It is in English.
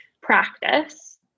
practice